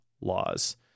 laws